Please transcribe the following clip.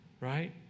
right